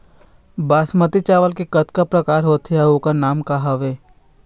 बासमती चावल के कतना प्रकार होथे अउ ओकर नाम क हवे?